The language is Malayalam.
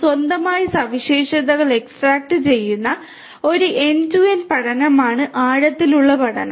സ്വന്തമായി സവിശേഷതകൾ എക്സ്ട്രാക്റ്റുചെയ്യുന്ന ഒരു എൻഡ് ടു എൻഡ് പഠനമാണ് ആഴത്തിലുള്ള പഠനം